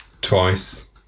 Twice